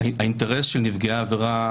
האינטרס של נפגעי העבירה